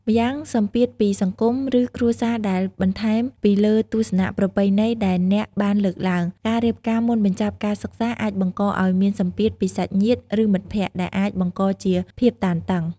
ម្យ៉ាងសម្ពាធពីសង្គម ឬ គ្រួសារដែល បន្ថែមពីលើទស្សនៈប្រពៃណីដែលអ្នកបានលើកឡើង ការរៀបការមុនបញ្ចប់ការសិក្សាអាចបង្កឱ្យមានសម្ពាធពីសាច់ញាតិ ឬមិត្តភក្តិ ដែលអាចបង្កជាភាពតានតឹង។